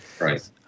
Right